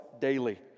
daily